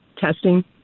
testing